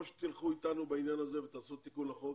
או שתלכו אתנו בעניין הזה ותעשו תיקון לחוק,